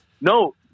no